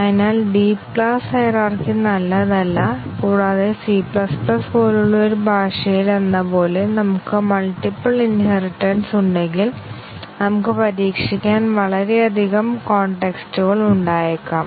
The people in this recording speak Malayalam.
അതിനാൽ ഡീപ് ക്ലാസ്സ് ഹയിരാർക്കി നല്ലതല്ല കൂടാതെ C പോലുള്ള ഒരു ഭാഷയിലെന്നപോലെ നമുക്ക് മൾട്ടിപ്പിൾ ഇൻഹെറിടെൻസ് ഉണ്ടെങ്കിൽ നമുക്ക് പരീക്ഷിക്കാൻ വളരെയധികം കോൺടെക്സ്റ്റ്കൾ ഉണ്ടായേക്കാം